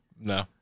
No